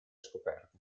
scoperte